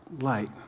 light